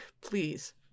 Please